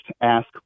ask